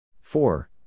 Four